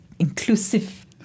inclusive